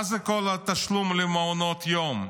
מה זה כל התשלום למעונות יום?